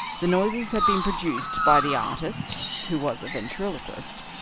the noises had been produced by the artist, who was a ventriloquist,